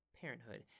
parenthood